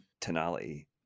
tonality